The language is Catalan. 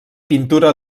pintura